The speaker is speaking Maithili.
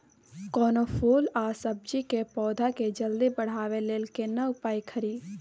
कोनो फूल आ सब्जी के पौधा के जल्दी बढ़ाबै लेल केना उपाय खरी?